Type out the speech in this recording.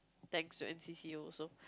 thanks to N_C_C also